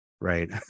Right